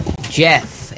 Jeff